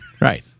Right